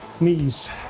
knees